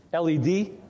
LED